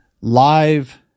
live